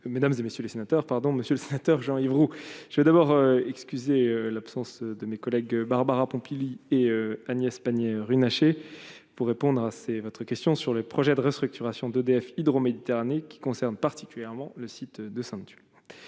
mesdames et messieurs les sénateurs, pardon monsieur le sénateur Jean-Yves Roux je vais d'abord excuser l'absence de mes collègues, Barbara Pompili et Agnès Pannier Runacher pour répondre à ces votre question sur les projets de restructuration d'EDF Hydro-Méditerranée qui concerne particulièrement le site de Sainte-Tulle